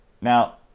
Now